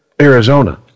Arizona